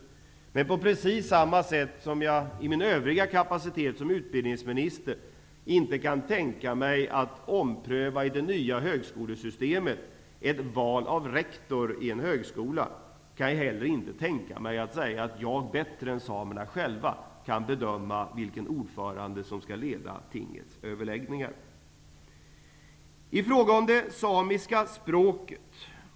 Precis på samma sätt som jag i min övriga kapacitet som utbildningsminister inte kan tänka mig att i det nya högskolesystemet ompröva ett val av rektor i en högskola, kan jag inte heller tänka mig att säga att jag bättre än samerna själva kan bedöma vilken ordförande som skall leda tingets överläggningar.